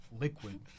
liquid